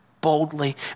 boldly